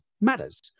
matters